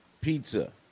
Pizza